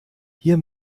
hier